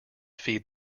feed